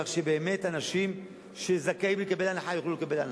כך שבאמת אנשים שזכאים לקבל הנחה יוכלו לקבל הנחה.